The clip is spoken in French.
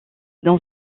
dans